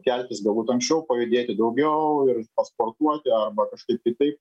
keltis galbūt anksčiau pajudėti daugiau ir pasportuoti arba kažkaip kitaip